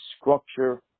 structure